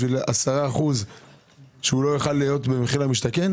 בשביל 10% שהוא לא יוכל להיות במחיר למשתכן?